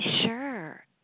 Sure